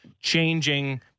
changing